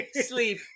sleep